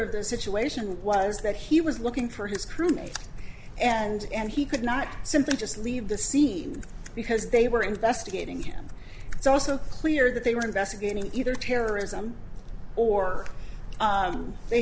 of the situation was that he was looking for his crewmates and he could not simply just leave the scene because they were investigating him it's also clear that they were investigating either terrorism or they